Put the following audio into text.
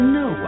no